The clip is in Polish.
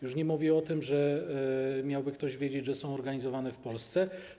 Już nie mówię o tym, że miałby ktoś wiedzieć, że są one organizowane w Polsce.